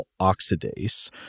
oxidase